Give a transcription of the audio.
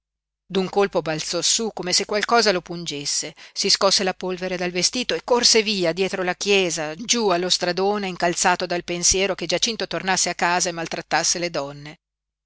d'un colpo balzò su come se qualcosa lo pungesse si scosse la polvere dal vestito e corse via dietro la chiesa giú allo stradone incalzato dal pensiero che giacinto tornasse a casa e maltrattasse le donne